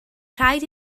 rhaid